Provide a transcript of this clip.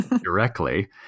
directly